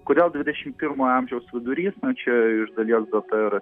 kodėl dvidešimt pirmojo amžiaus vidurys nu čia iš dalies data yra